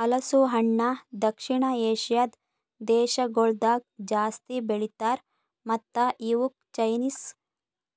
ಹಲಸು ಹಣ್ಣ ದಕ್ಷಿಣ ಏಷ್ಯಾದ್ ದೇಶಗೊಳ್ದಾಗ್ ಜಾಸ್ತಿ ಬೆಳಿತಾರ್ ಮತ್ತ ಇವುಕ್ ಚೈನೀಸ್